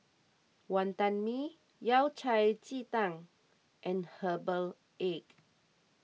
Wantan Mee Yao Cai Ji Tang and Herbal Egg